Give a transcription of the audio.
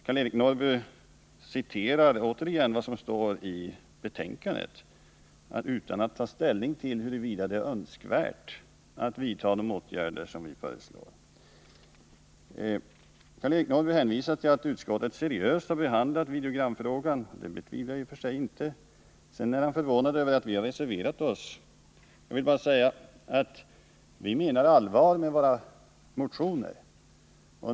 Karl-Eric Norrby citerar vad som står i betänkandet utan att ta ställning till huruvida det är önskvärt att vidta de åtgärder som vi föreslår. Karl-Eric Norrby hänvisar till att utskottet seriöst har behandlat videogramfrågan. Det betvivlar jag i och för siginte. Sedan är han förvånad över att vi har reserverat oss. Jag vill bara säga att vi menar allvar med våra motioner.